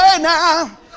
now